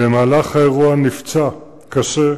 במהלך האירוע נפצע קשה,